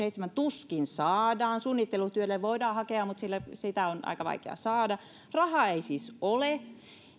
kahdenkymmenenseitsemän tuskin saadaan suunnittelutyölle voidaan hakea mutta sitä on aika vaikea saada rahaa ei siis ole